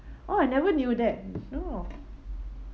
oh I never knew that oh